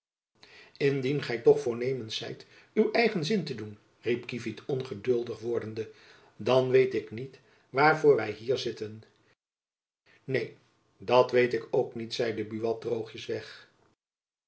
indien gy toch voornemens zijt uw eigen zin te doen riep kievit ongeduldig wordende dan weet ik niet waarvoor wy hier zitten neen dat weet ik ook niet zeide buat droogjens weg